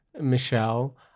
Michelle